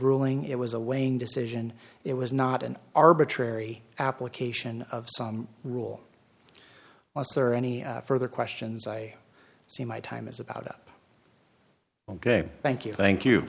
ruling it was a weighing decision it was not an arbitrary application of rule us or any further questions i see my time is about up ok thank you thank you